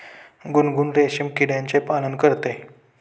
गुनगुन रेशीम किड्याचे पालन करते